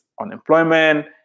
unemployment